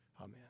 Amen